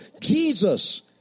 Jesus